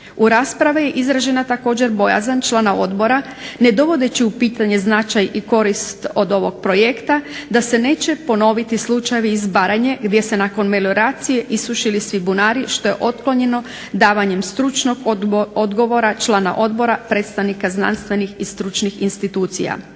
U raspravi je izražena također bojazan člana Odbora ne dovodeći u pitanje značaj i korist od ovog projekta da se neće ponoviti slučajevi iz Baranje gdje se nakon melioracije isušili svi bunari što je otklonjeno davanjem stručnog odgovora člana odbora predstavnika znanstvenih i stručnih institucija.